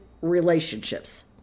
relationships